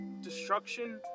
destruction